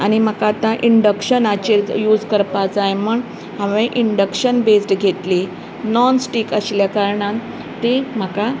आनी म्हाका आतां इंडक्शनाचेर यूज करपाक जाय म्हण हांवेन इंडक्शन बेज्ड घेतली नाॅन स्टिक आशिल्ल्या कारणान ती म्हाका